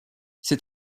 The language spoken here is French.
ces